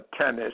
tennis